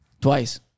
twice